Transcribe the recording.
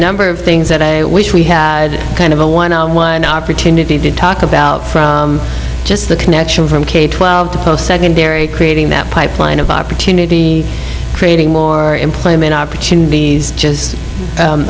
number of things that i wish we had kind of a one on one opportunity to talk about just the connection from k twelve to post secondary creating that pipeline of opportunity creating more employment opportunities just